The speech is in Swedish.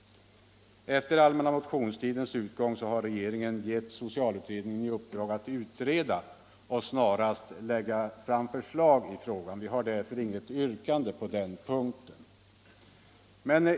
Efter allmänna motionstidens utgång har regeringen gett socialutredningen i uppdrag att utreda och snarast lägga fram förslag i frågan. Vi har därför inget yrkande på den punkten.